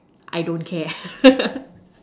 I don't care